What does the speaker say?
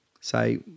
say